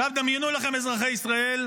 עכשיו דמיינו לכם, אזרחי ישראל,